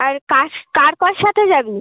আর কাস কার কার সাথে যাবি